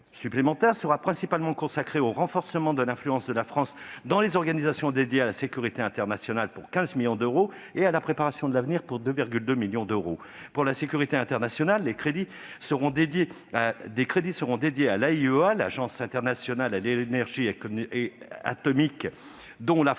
dépense supplémentaire sera principalement consacrée au renforcement de l'influence de la France dans les organisations dédiées à la sécurité internationale, pour 15 millions d'euros, et à la préparation de l'avenir, pour 22 millions d'euros. Pour la sécurité internationale, des crédits seront dédiés à l'Agence internationale à l'énergie atomique, l'AIEA, dont la France